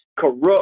corrupt